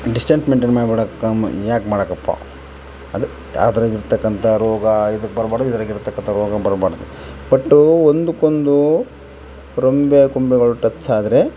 distance maintain ಮಾಡ್ಬಿಡೋಕೆ ಯಾಕೆ ಮಾಡೊಕಪ್ಪ ಅದು ಯಾವುದ್ರಗ್ ಇರ್ತಕ್ಕಂಥ ರೋಗ ಇದಕ್ಕೆ ಬರಬಾಡ್ದು ಇದ್ರಗೆ ಇರ್ತಕ್ಕಂಥ ರೋಗ ಬರಬಾಡ್ದು ಬಟ್ ಒಂದುಕೊಂದು ರೊಂಬೆ ಕೊಂಬೆಗಳು ಟಚ್ ಆದರೆ